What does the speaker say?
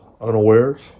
unawares